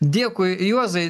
dėkui juozai